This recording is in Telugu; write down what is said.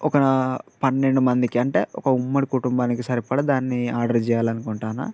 ఒక పన్నెండు మందికి అంటే ఒక ఉమ్మడి కుటుంబానికి సరిపడా దాన్ని ఆర్డర్ చెయ్యాలి అనుకుంటన్నా